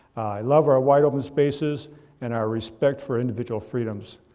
i love our wide open spaces and our respect for individual freedoms.